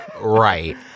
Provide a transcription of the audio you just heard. right